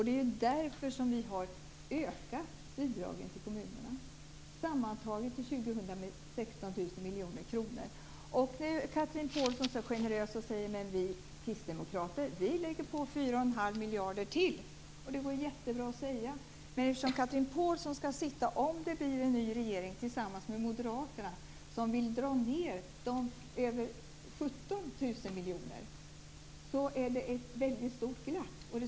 Det är därför som vi har ökat bidragen till kommunerna, sammantaget till år Nu är Chatrine Pålsson så generös och säger: Men vi kristdemokrater lägger på 4 1⁄2 miljarder till. Det går jättebra att säga, men eftersom Chatrine Pålsson, om det blir en ny regering, skall sitta tillsammans med Moderaterna som vill dra ned över 17 miljarder blir det ett väldigt stort glapp.